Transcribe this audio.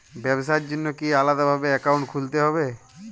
ব্যাবসার জন্য কি আলাদা ভাবে অ্যাকাউন্ট খুলতে হবে?